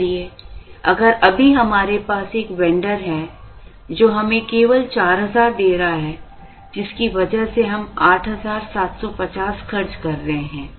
इसलिए अगर अभी हमारे पास एक वेंडर है जो हमें केवल 4000 दे रहा है जिसकी वजह से हम 8750 खर्च कर रहे हैं